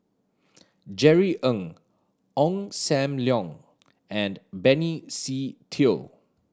Jerry Ng Ong Sam Leong and Benny Se Teo